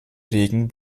regen